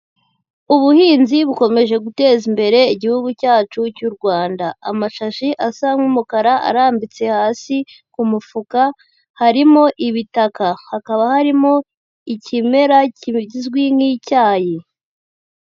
Ubuhinzi bukomeje guteza imbere igihugu cyacu cy'u Rwanda, amashashi asa nk'umukara arambitse hasi ku mufuka, harimo ibitaka, hakaba harimo ikimera kizwi nk'icyayi.